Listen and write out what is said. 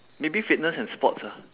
maybe fitness and sports ah